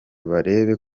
barebe